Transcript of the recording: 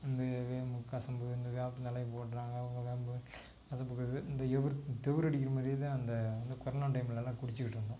இந்த வேம் கசம்பு இந்த வேப்பந்தழைய போடுறாங்க வேம்பு அது போடுகிறது இந்த எவுருத் தெவுரு அடிக்கிற மாதிரியே தான் அந்த அந்த கொரோனா டைம்லெல்லாம் குடிச்சிக்கிட்டிருந்தோம்